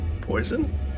poison